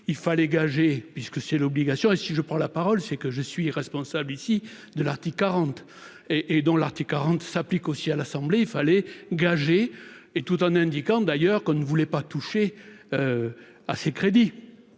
il fallait gager puisque c'est l'obligation et si je prends la parole, c'est que je suis responsable ici de l'article 40 et et dans l'article quarante s'applique aussi à l'Assemblée, il fallait gager et tout en indiquant d'ailleurs qu'on ne voulait pas toucher à ces crédits